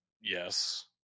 yes